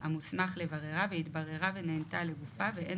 המוסמך לבררה והיא התבררה ונענתה לגופה ואין